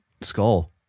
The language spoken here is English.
Skull